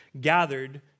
gathered